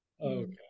Okay